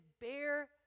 bear